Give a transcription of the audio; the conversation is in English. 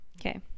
Okay